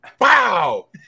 Wow